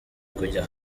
kujya